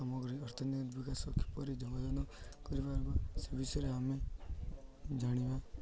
ସାମଗ୍ରୀ ଅର୍ଥନୀତି ବିକାଶ କିପରି ଯୋଗଦାନ କରିପାରିବା ସେ ବିଷୟରେ ଆମେ ଜାଣିବା